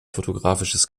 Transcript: fotografisches